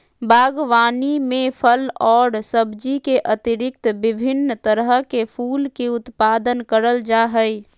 बागवानी में फल और सब्जी के अतिरिक्त विभिन्न तरह के फूल के उत्पादन करल जा हइ